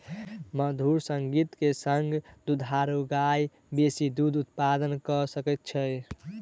मधुर संगीत के संग दुधारू गाय बेसी दूध उत्पादन कअ सकै छै